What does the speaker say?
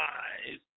eyes